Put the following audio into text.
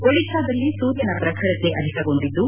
ಒಡಿಶಾದಲ್ಲಿ ಸೂರ್ಯನ ಪ್ರಖರತೆ ಅಧಿಕಗೊಂಡಿದ್ದು